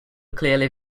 clearly